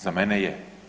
Za mene je.